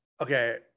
okay